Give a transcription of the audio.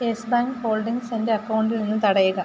S bank holdings എൻ്റെ അക്കൗണ്ടിൽ നിന്ന് തടയുക